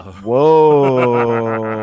Whoa